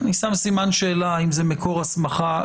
אני מבינה שלגישתכם אם אדם הצביע ב"אסיפה הראשונה",